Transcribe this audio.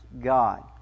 God